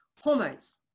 hormones